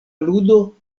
ludo